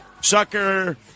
Sucker